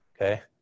okay